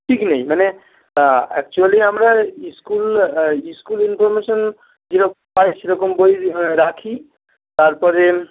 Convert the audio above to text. ঠিক নেই মানে অ্যাকচুয়ালি আমরা স্কুল স্কুল ইনফর্মেশন যেরকম পাই সেরকম বই রাখি তারপরে